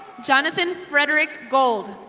johanthan frederick gold.